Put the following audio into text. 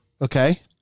Okay